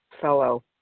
fellow